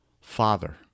Father